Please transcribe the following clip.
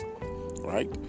right